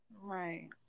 Right